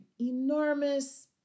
enormous